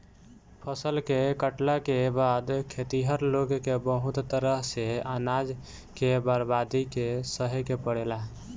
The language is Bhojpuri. फसल के काटला के बाद खेतिहर लोग के बहुत तरह से अनाज के बर्बादी के सहे के पड़ेला